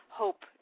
hope